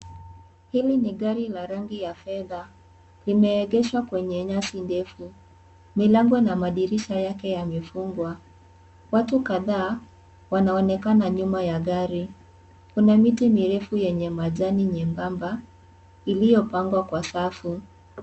Hili ni gari la rangi ya fedha limeegeshwa kwenye nyasi ndefu milango na madirisha yake yamefungwa watu kadhaa wanaonekana nyuma ya magari kuna miti mirefu yenye majani nyembamba ilio pangwa kwa safu. .